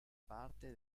parte